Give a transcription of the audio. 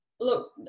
Look